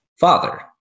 Father